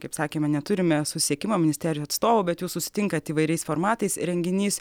kaip sakėme neturime susisiekimo ministerijų atstovų bet jūs susitinkat įvairiais formatais renginys